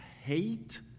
hate